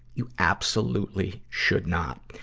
you absolutely should not.